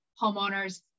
homeowners